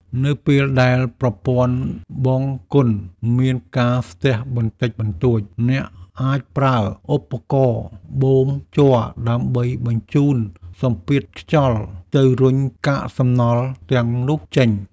នៅពេលដែលប្រព័ន្ធបង្គន់មានការស្ទះបន្តិចបន្តួច អ្នកអាចប្រើឧបករណ៍បូមជ័រដើម្បីបញ្ជូនសម្ពាធខ្យល់ទៅរុញកាកសំណល់ទាំងនោះចេញ។